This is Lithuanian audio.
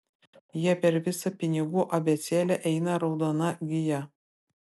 jie per visą pinigų abėcėlę eina raudona gija